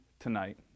tonight